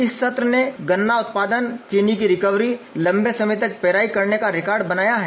इस सत्र ने गन्ना उत्पादन चीनी की रिकवरी लंबे समय तक पेराई करने का रिकार्ड बनाया है